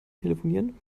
telefonieren